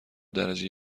درجه